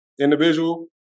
individual